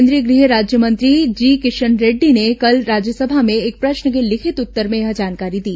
केंद्रीय गृह राज्यमंत्री जी किशन रेड्डी ने कल राज्यसभा में एक प्रश्न के लिखित उत्तर में यह जानकारी दी